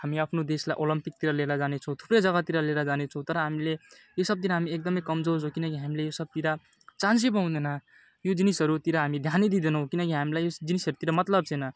हामी आफ्नो देशलाई ओलम्पिकतिर लिएर जाने छौँ थुप्रै जगातिर लिएर जाने छौँ तर हामीले यो सबतिर हामी एकदम कमजोर छौँ किनिकि हामीले यो सबतिर चान्स पाउँदैन यो जिनिसहरूतिर हामी ध्यान दिँदैनौँ किनकि हामीलाई यस जिनिसहरूतिर मतलब छैन